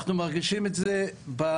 אנחנו מרגישים את זה בתחלואה,